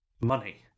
Money